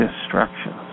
destruction